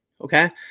Okay